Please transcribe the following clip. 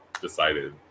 decided